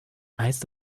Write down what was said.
heißt